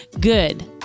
Good